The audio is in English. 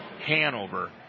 Hanover